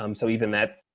um so even that